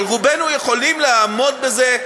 אבל רובנו יכולים לעמוד בזה,